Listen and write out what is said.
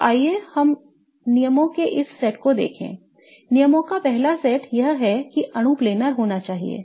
तो आइए हम नियमों के इस सेट को देखें नियमों का पहला सेट यह है कि अणु planar होना चाहिए